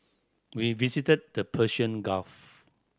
we visited the Persian Gulf